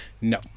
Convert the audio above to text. No